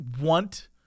want